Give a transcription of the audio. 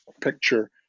picture